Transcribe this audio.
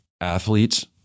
athletes